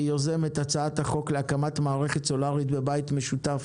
יוזמת הצעת החוק להקמת מערכת סולארית בבית משותף,